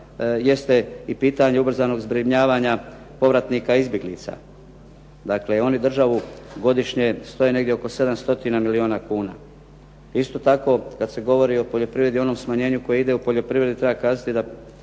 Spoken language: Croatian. jest ei pitanje ubrzanog zbrinjavanja povratnika i izbjeglica. Dakle oni državu godišnje stoje negdje oko 7 stotina milijuna kuna. Isto tako kad se govori o poljoprivredi, onom smanjenju koje ide u poljoprivredi, treba kazati da